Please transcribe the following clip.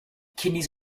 kidneys